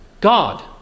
God